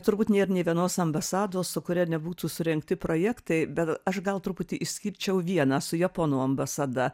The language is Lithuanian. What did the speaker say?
turbūt nėr nė vienos ambasados su kuria nebūtų surengti projektai bet aš gal truputį išskirčiau vieną su japonų ambasada